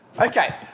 Okay